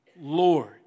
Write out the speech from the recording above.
Lord